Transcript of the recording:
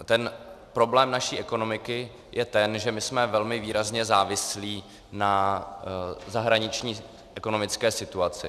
Ten problém naší ekonomiky je ten, že jsme velmi výrazně závislí na zahraniční ekonomické situaci.